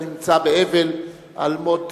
הנמצא באבל על מות